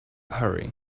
hurry